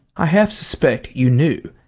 i half suspect you knew,